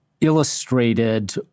illustrated